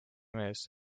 mees